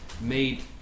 Made